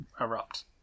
erupt